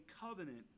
covenant